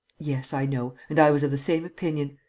yes, i know. and i was of the same opinion.